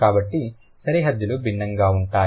కాబట్టి సరిహద్దులు భిన్నంగా ఉంటాయి